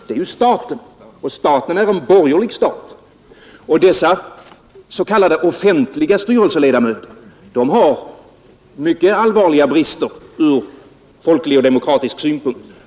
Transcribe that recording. Men staten är en borgerlig stat, och dessa s.k. offentliga styrelseledamöter har mycket allvarliga brister ur folklig och demokratisk synpunkt.